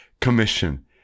commission